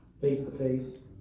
face-to-face